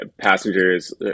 passengers